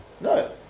No